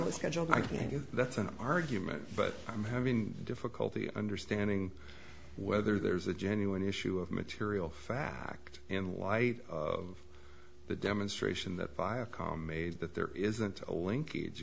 was scheduled i think that's an argument but i'm having difficulty understanding whether there's a genuine issue of material fact in light of the demonstration that viacom made that there isn't a linkage